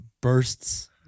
bursts